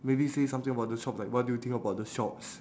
maybe say something about the shops like what do you think about the shops